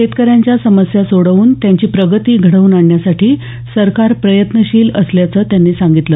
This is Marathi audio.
शेतकऱ्यांच्या समस्या सोडवून त्यांची प्रगती घडवून आणण्यासाठी सरकार प्रयत्नशील असल्याचं त्यांनी सांगितलं